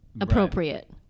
appropriate